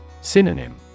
Synonym